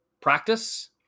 practice